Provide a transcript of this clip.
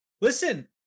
Listen